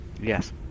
Yes